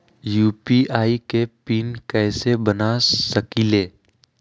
UPI के PIN कैसे बना सकीले?